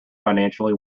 financially